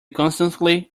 constantly